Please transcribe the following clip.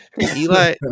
Eli